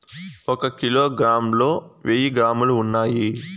ఒక కిలోగ్రామ్ లో వెయ్యి గ్రాములు ఉన్నాయి